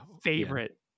favorite